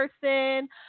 person